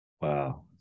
Wow